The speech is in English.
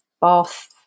bath